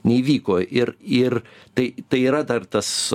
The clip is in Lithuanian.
neįvyko ir ir tai tai yra dar tas